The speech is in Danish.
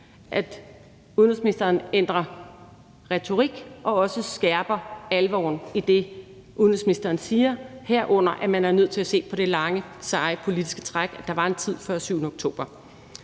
at udenrigsministeren ændrer retorik og også skærper alvoren i det, udenrigsministeren siger, herunder at man er nødt til at se på det lange, seje politisk træk, og at der var en tid før 7. oktober.